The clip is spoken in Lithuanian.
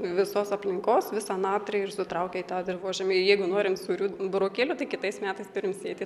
visos aplinkos visą natrį ir sutraukia į tą dirvožemį jeigu norim sūrių burokėlių tai kitais metais turim sėti